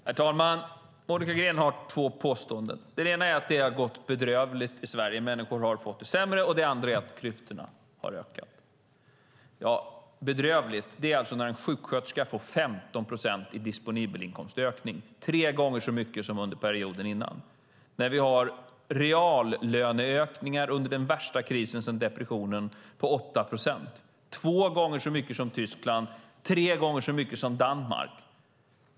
Herr talman! Monica Green har två påståenden. Det ena är att det har gått bedrövligt i Sverige och att människor har fått det sämre. Det andra är att klyftorna har ökat. Bedrövligt är det alltså när en sjuksköterska får 15 procents ökning av den disponibla inkomsten - tre gånger så mycket som under perioden innan - och när vi har reallöneökningar på 8 procent under den värsta krisen sedan depressionen. Det är två gånger så mycket som Tyskland och tre gånger så mycket som Danmark.